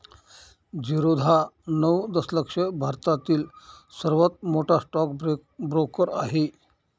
झिरोधा नऊ दशलक्ष भारतातील सर्वात मोठा स्टॉक ब्रोकर आहे